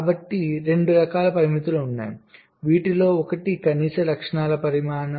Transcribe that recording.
కాబట్టి 2 రకాల పరిమితులు ఉన్నాయి వీటిలో ఒకటి కనీస లక్షణాల పరిమాణం